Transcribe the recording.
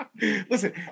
Listen